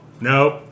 nope